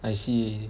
I see